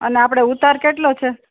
અને આપણે ઉતાર કેટલો છે